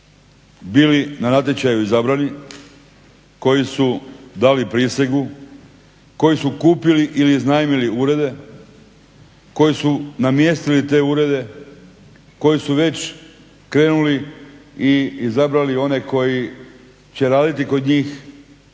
bili na natječaju izabrani, koji su dali prisegu, koji su kupili ili iznajmili urede, koji su namjestili te urede, koji su već krenuli i izabrali one koji će raditi kod njih,